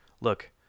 look